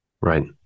Right